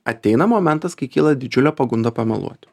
ateina momentas kai kyla didžiulė pagunda pameluoti